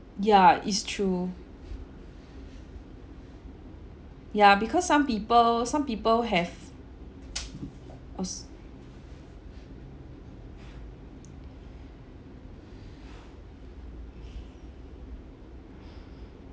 ya it's true yeah because some people some people have also